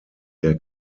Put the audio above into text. der